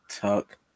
Tuck